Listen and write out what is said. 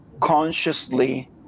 consciously